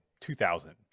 2000